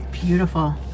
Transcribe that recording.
Beautiful